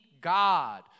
God